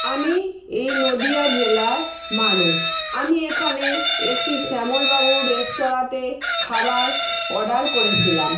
আমি এই নদীয়া জেলার মানুষ আমি এখানে একটি শ্যামলবাবুর রেস্তোরাঁতে খাবার অর্ডার করেছিলাম